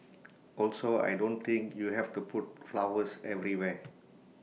also I don't think you have to put flowers everywhere